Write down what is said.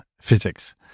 physics